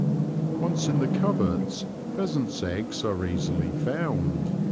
once in the coverts pheasants' eggs are easily found.